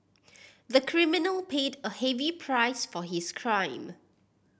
the criminal paid a heavy price for his crime